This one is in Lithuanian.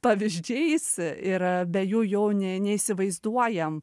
pavyzdžiais ir be jų jau ne neįsivaizduojam